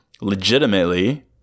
legitimately